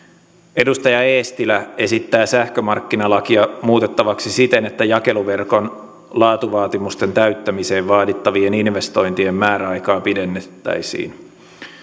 edustaja eestilä esittää sähkömarkkinalakia muutettavaksi siten että jakeluverkon laatuvaatimusten täyttämiseen vaadittavien investointien määräaikaa pidennettäisiin